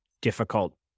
difficult